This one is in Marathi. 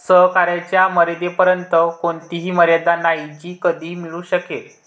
सहकार्याच्या मर्यादेपर्यंत कोणतीही मर्यादा नाही जी कधीही मिळू शकेल